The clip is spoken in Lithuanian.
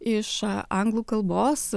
iš anglų kalbos